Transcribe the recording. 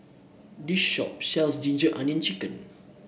this shop sells ginger onion chicken